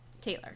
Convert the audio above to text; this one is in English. Taylor